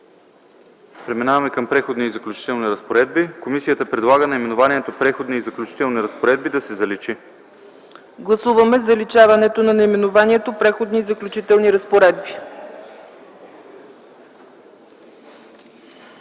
Премиваме към „Преходни и заключителни разпоредби”. Комисията предлага наименованието „Преходни и заключителни разпоредби” да се заличи. ПРЕДСЕДАТЕЛ ЦЕЦКА ЦАЧЕВА: Гласуваме заличаване на наименованието „Преходни и заключителни разпоредби”.